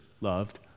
loved